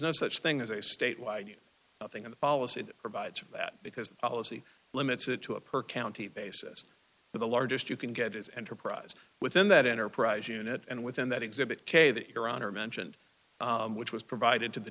no such thing as a state wide nothing in the policy that provides that because the policy limits it to a perk county basis the largest you can get is enterprise within that enterprise unit and within that exhibit k that your honor mentioned which was provided to the